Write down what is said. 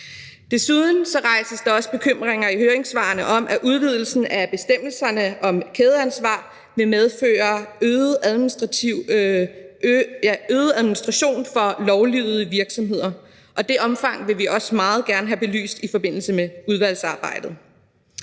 Desuden rejses der også bekymringer i høringssvarene om, at udvidelsen af bestemmelserne om kædeansvar vil medføre øget administration for lovlydige virksomheder, og det omfang vil vi også meget gerne have belyst i forbindelse med udvalgsarbejdet.